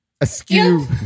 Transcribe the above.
Askew